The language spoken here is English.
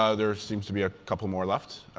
ah there seems to be a couple more left.